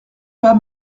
pas